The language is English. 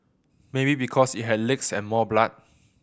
maybe because it had legs and more blood